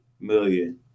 million